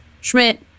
Schmidt